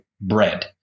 bread